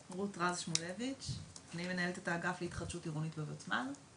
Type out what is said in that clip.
שמי רות רז שמולביץ' ואני מנהלת את האגף להתחדשות עירונית בוותמ"ל,